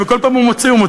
וכל פעם הוא מוציא,